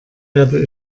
werde